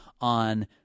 on